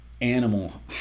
animal